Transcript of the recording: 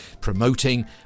promoting